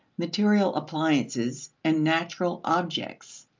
material appliances, and natural objects.